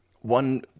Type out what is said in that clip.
one